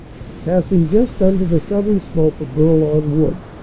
passing just under the southern slope of bourlon wood,